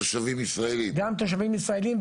גם תושבים ישראלים,